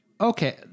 okay